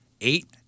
Eight